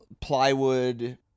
plywood